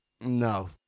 No